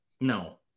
No